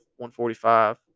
145